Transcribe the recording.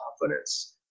confidence